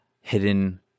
hidden